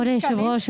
כבוד היושב-ראש,